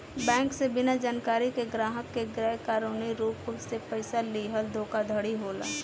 bank से बिना जानकारी के ग्राहक के गैर कानूनी रूप से पइसा लीहल धोखाधड़ी होला